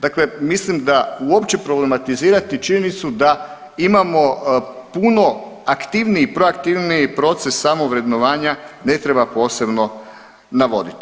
Dakle, mislim da uopće problematizirati činjenicu da imamo puno aktivniji, proaktivniji proces samo vrednovanja ne treba posebno navoditi.